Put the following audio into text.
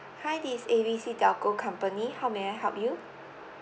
hi this is A B C telco company how may I help you